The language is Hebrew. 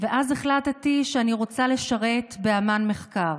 החלטתי שאני רוצה לשרת באמ"ן מחקר.